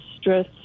stress